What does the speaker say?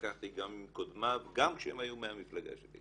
התווכחתי גם עם קודמיו גם כשהם היו מהמפלגה שלי,